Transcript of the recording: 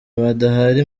badahari